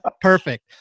Perfect